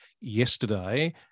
yesterday